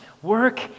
Work